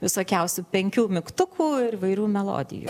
visokiausių penkių mygtukų ir įvairių melodijų